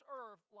earth